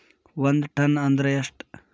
ಒಂದ್ ಟನ್ ಅಂದ್ರ ಎಷ್ಟ?